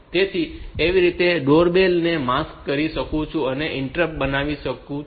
તેથી તે રીતે આપણે તે ડોર બેલને માસ્ક કરી શકાય તેવું ઇન્ટરપ્ટ બનાવી શકીએ છીએ